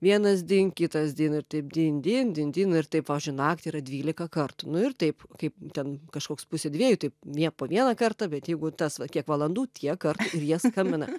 vienas din kitas din ir taip din din din din ir tai pažiui naktį yra dvylika kartų nu ir taip kaip ten kažkoks pusė dviejų tai jie po vieną kartą bet jeigu tas va kiek valandų tiek kartų ir jie skambina